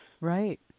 Right